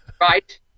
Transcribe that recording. right